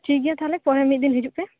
ᱴᱷᱤᱠ ᱜᱮᱭᱟ ᱛᱟᱦᱚᱞᱮ ᱯᱚᱨᱮ ᱢᱤᱫ ᱫᱤᱱ ᱦᱤᱡᱩᱜ ᱯᱮ